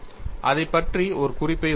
அதைப் பற்றி ஒரு குறிப்பை உருவாக்கவும்